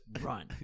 run